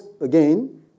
again